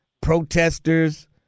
protesters